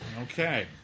Okay